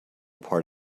part